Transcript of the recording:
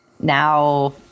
Now